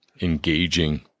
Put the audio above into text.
engaging